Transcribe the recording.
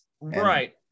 right